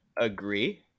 agree